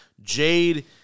Jade